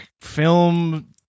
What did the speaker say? film